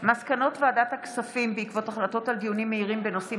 מסקנות ועדת הכספים בעקבות דיונים מהירים בהצעות